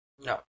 No